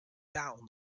down